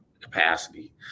capacity